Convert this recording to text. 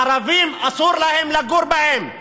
לערבים אסור לגור בהם.